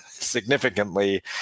significantly